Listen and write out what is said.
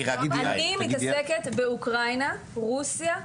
אני מתעסקת באוקראינה, רוסיה ובלרוס.